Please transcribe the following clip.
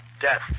Death